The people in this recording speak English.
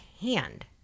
hand